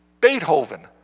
Beethoven